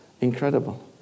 incredible